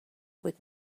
would